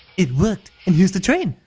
it worked! and, here's the train!